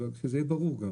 שזה יהיה ברור.